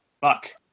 fuck